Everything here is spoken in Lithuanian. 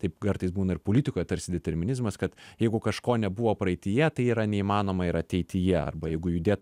taip kartais būna ir politikoje tarsi determinizmas kad jeigu kažko nebuvo praeityje tai yra neįmanoma ir ateityje arba jeigu judėt